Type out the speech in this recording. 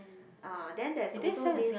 uh then there's also this